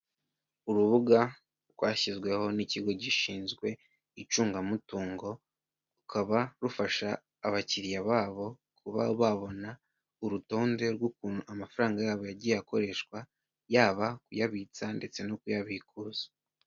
Urubuga rwashyizweho n'ikigo gishinzwe icungamutungo; rukaba rufasha abakiriya babo kuba babona urutonde rw'ukuntu amafaranga yabo yagiye akoreshwa; yaba kuyabitsa ndetse no kuyabikuza.